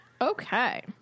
okay